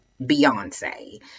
Beyonce